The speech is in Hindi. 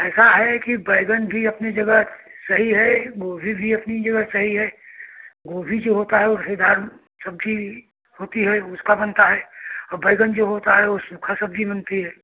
ऐसा है कि बैंगन भी अपनी जगह सही है गोभी भी अपनी जगह सही है गोभी जो होता है वह रसेदार सब्ज़ी होती है उसका बनता है और बैंगन जो होता है वह उसका सूखा सब्ज़ी बनती है